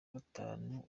gatanu